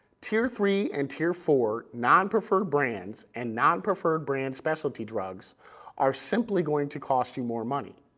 tier three and tier four non-preferred brands and non-preferred brand specialty drugs are simply going to cost you more money.